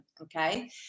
Okay